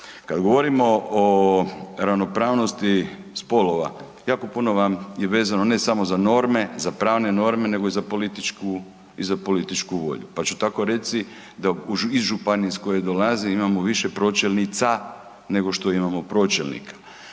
Kad govorimo o ravnopravnosti spolova jako puno vam je vezano ne samo za norme, za pravne norme, nego i za političku i za političku volju. Pa ću tako reći da iz županije iz koje dolazim imamo više pročelnica nego što imamo pročelnika,